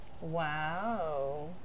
wow